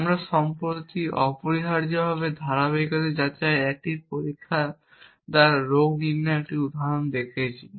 আমরা সম্প্রতি অপরিহার্যভাবে ধারাবাহিকতা যাচাইয়ের একটি প্রক্রিয়া দ্বারা রোগ নির্ণয়ের একটি উদাহরণ দেখেছি